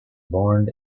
born